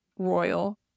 royal